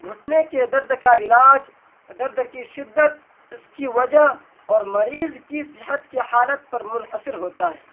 گھٹنے کے درد کا علاج درد کی شدت اس کی وجہ اور مریض کی صحت کی حالت پر منحصر ہوتا ہے